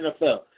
NFL